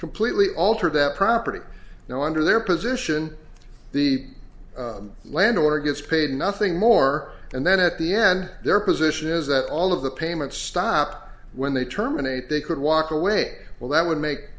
completely alter that property now under their position the landowner gets paid nothing more and then at the end their position is that all of the payments stop when they terminate they could walk away well that would make